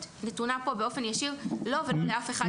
נתונה פה באופן ישיר לו ולא לאף אחד מטעמו.